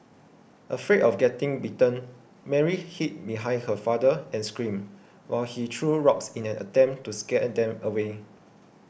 afraid of getting bitten Mary hid behind her father and screamed while he threw rocks in an attempt to scare them away